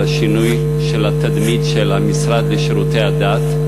השינוי של התדמית של המשרד לשירותי הדת.